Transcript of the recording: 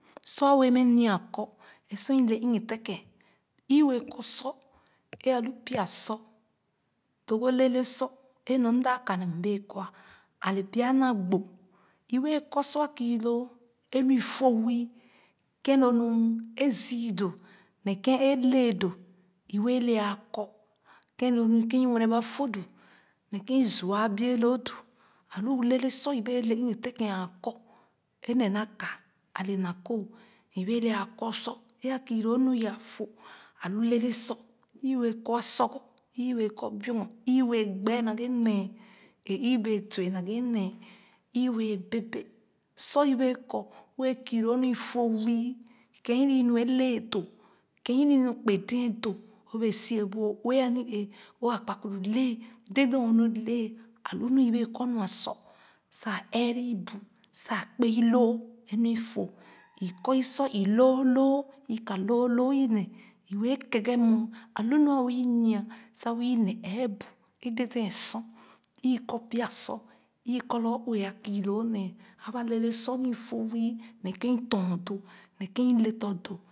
Sɔ a wɛɛ mɛ nya akɔ ee sor ile eghe tèn kèn i wɛɛ kɔ sɔ ee a lu pya sɔ togo lele sɔ ee nɔɔ m da ka ne mm bee kɔɔ ale pya na gbo i bee kɔ sɔ a kii loo ee nu i fo wii kén lo nu a zii doo ne kèn ale doo i wɛɛ le a kɔ kèn lo nu kèn i wene ba fo doo ne kèn i zua a bie loo doo a lu lele sɔ i bee le u-ghe tén kèn aa kɔ ee ne na ka ale na kooh i bee le a kɔ sɔ ee a kii loo nu yaah fo a lu lele sɔ i wɛɛ kɔ asɔgor i bee kɔ biɔngon i wɛɛ gbe nee gbe nee ee i wɛɛ tuuah naghe nee i wɛɛ bèè bèè sɔ i bèè kɔ wɛɛ kii loo nu fo wii kèn i nii loo ee le doo kèn i nii nu kpe dee doo o bee suatoh bu ɔ ue ani ee ɔ akpakpuru le dèdèn o nu le alu nu i bee kɔ nua sɔ sa eere ibu sa kpe i loo ee nu i fo ikɔ isɔ i luu luu oka luu luu ine i wɛɛ ké ghe nwg a lu nu a wɛɛ nya sa wɛɛ ne eebu ee deden sor okɔ pia sɔ ikɔ lorgor ue a kii loo nee aba lele sɔ nu i fo wii ne kèn ton doo ne kèn i le tɔ̃ doo.